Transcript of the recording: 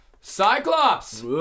Cyclops